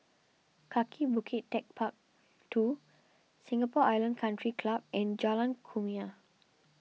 Kaki Bukit Techpark two Singapore Island Country Club and Jalan Kumia